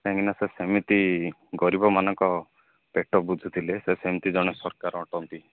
କାହିଁକିନା ସେ ସେମିତି ଗରିବମାନଙ୍କ ପେଟ ବୁଝୁଥିଲେ ସେ ସେମିତି ଜଣେ ସରକାର ଅଟନ୍ତି